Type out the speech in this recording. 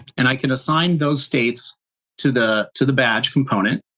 and i can assign those states to the to the badge component,